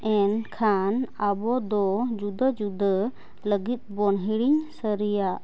ᱮᱱᱠᱷᱟᱱ ᱟᱵᱚᱫᱚ ᱡᱩᱫᱟᱹᱼᱡᱩᱫᱟᱹ ᱞᱟᱹᱜᱤᱫᱵᱚᱱ ᱦᱤᱲᱤᱧ ᱥᱟᱹᱨᱤᱭᱟ